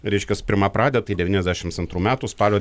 reiškias pirmapradę tai devyniasdešims antrų metų spalio